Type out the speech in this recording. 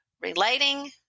relating